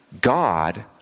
God